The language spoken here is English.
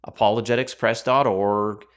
apologeticspress.org